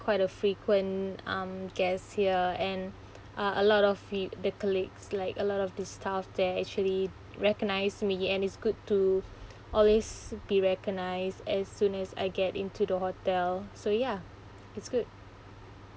quite a frequent um guests here and uh a lot of fe~ the colleagues like a lot of the staff there actually recognize me and it's good to always be recognized as soon as I get into the hotel so ya it's good